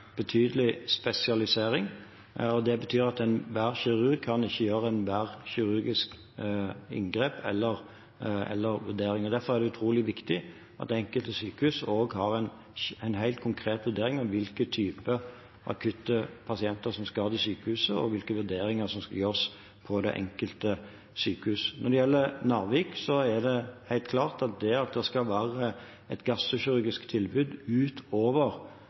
betydelig spesialisering. Det betyr at enhver kirurg ikke kan gjøre ethvert kirurgisk inngrep eller vurdering. Derfor er det utrolig viktig at det enkelte sykehus også har en helt konkret vurdering av hvilken type akuttpasienter som skal til sykehuset, og hvilke vurderinger som skal gjøres ved det enkelte sykehus. Når det gjelder Narvik, er det helt klart at det at det skal være et gastrokirurgisk tilbud utover